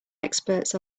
experts